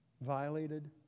violated